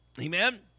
amen